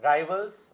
Rivals